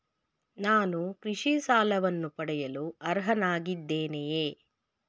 ನಾನು ಕೃಷಿ ಸಾಲವನ್ನು ಪಡೆಯಲು ಅರ್ಹನಾಗಿದ್ದೇನೆಯೇ?